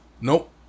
Nope